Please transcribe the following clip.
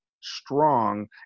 strong